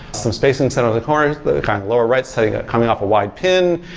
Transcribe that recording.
some space inside of the corners, the kind of lower right, so you got coming off a wide pin.